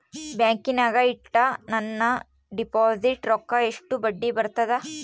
ಬ್ಯಾಂಕಿನಾಗ ಇಟ್ಟ ನನ್ನ ಡಿಪಾಸಿಟ್ ರೊಕ್ಕಕ್ಕ ಎಷ್ಟು ಬಡ್ಡಿ ಬರ್ತದ?